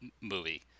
movie